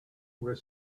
where